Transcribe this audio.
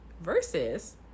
versus